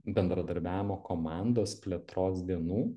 bendradarbiavimo komandos plėtros dienų